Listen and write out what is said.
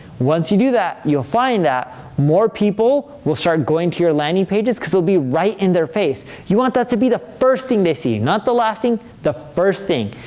once you do that, you'll find that more people will start going to your landing pages, because they'll be right in their face. you want that to be the first thing they see, not the last thing, the first thing.